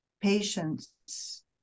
patients